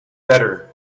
better